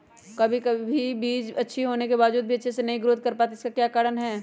कभी बीज अच्छी होने के बावजूद भी अच्छे से नहीं ग्रोथ कर पाती इसका क्या कारण है?